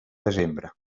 desembre